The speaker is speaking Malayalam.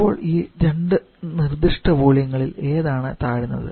ഇപ്പോൾ ഈ രണ്ട് നിർദ്ദിഷ്ട വോള്യങ്ങളിൽ ഏതാണ് താഴ്ന്നത്